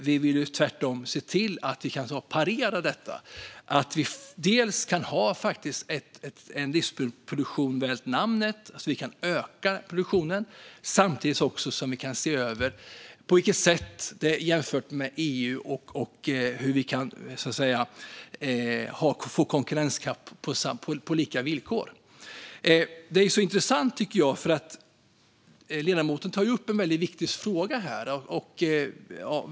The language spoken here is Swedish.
Vi vill tvärtom se till att det går att parera detta, dels ha en livsmedelsproduktion värd namnet, öka produktionen, dels se över på vilket sätt vi, jämfört med EU, kan konkurrera på lika villkor. Det här är intressant, och ledamoten tar upp en viktig fråga.